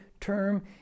term